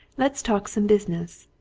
let's talk some business.